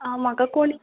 आं म्हाका कोण